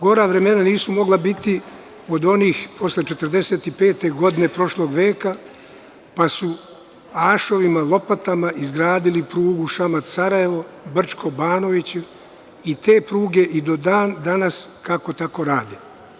Gora vremena nisu mogla biti od onih posle 1945. godine prošlog veka, pa su ašovima i lopatama izgradili prugu Šamac-Sarajevo, Brčko-Banović i te pruge i do dan-danas rade.